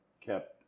kept